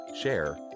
share